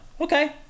okay